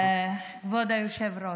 כבוד היושב-ראש,